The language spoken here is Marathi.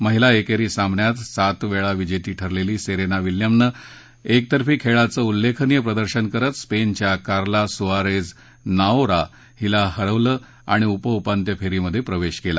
महिला एकेरी सामन्यांत सात वेळा विजेती ठरलेली सेरेना विल्यम्सनं एकतर्फी खेळाचं उल्लेखनीय प्रदर्शन करत स्पेनच्या कार्ला सुआरेझ नवारो हीला हरवलं आणि उपउपांत्य फेरीत प्रवेश केला